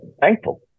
thankful